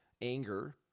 anger